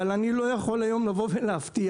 אבל אני לא יכול היום לבוא ולהבטיח,